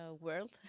world